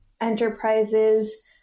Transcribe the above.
enterprises